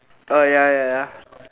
oh ya ya ya